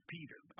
Peter